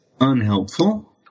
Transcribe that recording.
unhelpful